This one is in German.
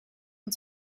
und